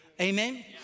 Amen